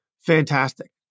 Fantastic